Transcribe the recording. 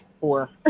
four